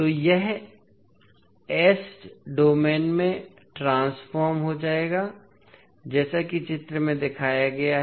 तो यह s domain में ट्रांसफॉर्म हो जाएगा जैसा कि चित्र में दिखाया गया है